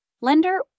lender